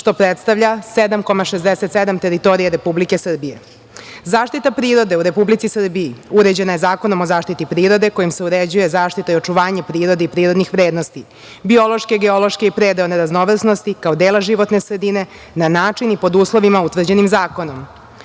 što predstavlja 7,67 teritorije Republike Srbije.Zaštita prirode u Republici Srbiji uređena je Zakonom o zaštiti prirode, kojim se uređuje zaštita i očuvanje prirode i prirodnih vrednosti, biološke, geološke i predeo neraznovrsnosti kao dela životne sredina na način i pod uslovima utvrđenim zakonom.